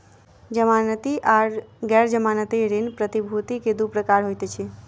जमानती आर गैर जमानती ऋण प्रतिभूति के दू प्रकार होइत अछि